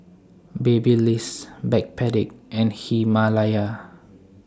Babyliss Backpedic and Himalaya